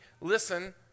listen